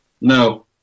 No